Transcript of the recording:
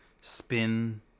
spin